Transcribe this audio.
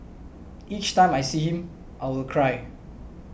each time I see him I will cry